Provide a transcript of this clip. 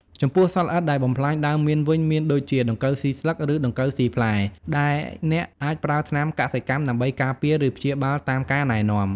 ចំពោះសត្វល្អិតដែលបំផ្លាញដើមមៀនវិញមានដូចជា ដង្កូវស៊ីស្លឹក ឬ ដង្កូវស៊ីផ្លែ ដែលអ្នកអាចប្រើថ្នាំកសិកម្មដើម្បីការពារ ឬព្យាបាលតាមការណែនាំ។